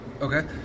Okay